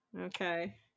Okay